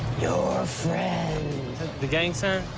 your friend. that's the gang sign?